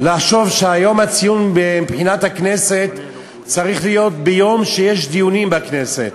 לחשוב שיום הציון מבחינת הכנסת צריך להיות ביום שיש דיונים בכנסת.